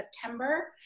September